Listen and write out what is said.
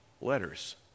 letters